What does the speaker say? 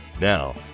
Now